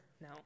No